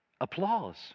applause